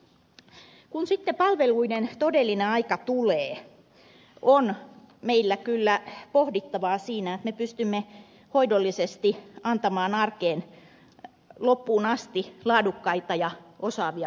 kun sitten palveluiden todellinen aika tulee on meillä kyllä pohdittavaa siinä että me pystymme hoidollisesti antamaan arkeen loppuun asti laadukkaita ja osaavia palveluita